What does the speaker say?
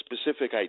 specific